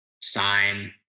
sign